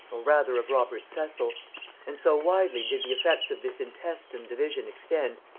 or rather of robert cecil and so widely did the effects of this intestine division extend,